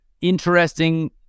interesting